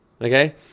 okay